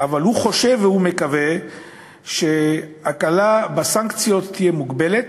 אבל הוא חושב והוא מקווה שההקלה בסנקציות תהיה מוגבלת,